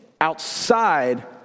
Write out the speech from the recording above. outside